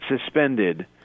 suspended